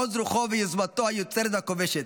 עוז רוחו ויוזמתו היוצרת והכובשת.